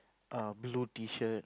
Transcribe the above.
a blue t-shirt